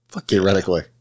Theoretically